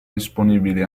disponibile